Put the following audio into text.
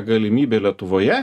galimybė lietuvoje